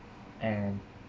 and